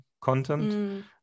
content